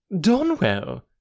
Donwell